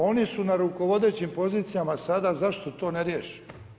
Oni su na rukovodećim pozicijama sada, zašto to ne riješe?